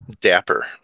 Dapper